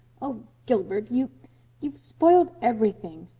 oh, gilbert you you've spoiled everything.